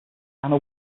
ana